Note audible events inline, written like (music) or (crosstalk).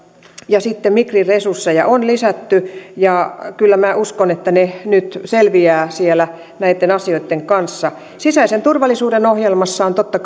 sitten migrin resursseja on lisätty kyllä minä uskon että ne nyt selviävät siellä näitten asioitten kanssa sisäisen turvallisuuden ohjelmassa on totta (unintelligible)